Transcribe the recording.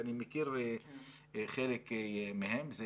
ואני מכיר חלק מהם.